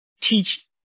teach